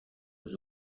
aux